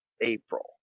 April